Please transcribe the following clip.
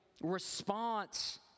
response